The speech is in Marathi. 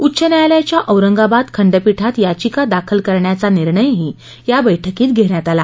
उच्च न्यायालयाच्या औरंगाबाद खंडपीठात याचिका दाखल करण्याचा निर्णयही या बैठकीत घेण्यात आला